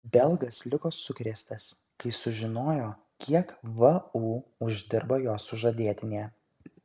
belgas liko sukrėstas kai sužinojo kiek vu uždirba jo sužadėtinė